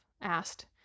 asked